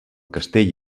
castell